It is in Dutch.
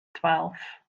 twaalf